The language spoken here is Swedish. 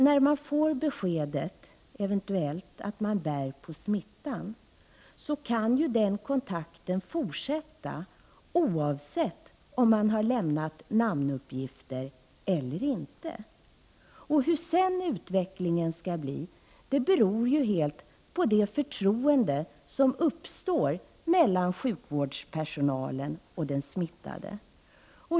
När man eventuellt får beskedet att man bär på smittan kan ju den kontakten fortsätta, oavsett om man har lämnat namnuppgifter eller inte. Hur sedan utvecklingen skall bli beror ju helt på det förtroende som uppstår mellan sjukvårdspersonalen och den smittade.